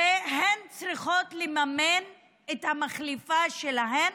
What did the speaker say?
הן צריכות לממן את המחליפה שלהן